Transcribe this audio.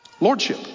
Lordship